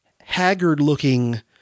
haggard-looking